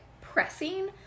pressing